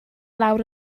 lawr